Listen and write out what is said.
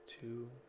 Two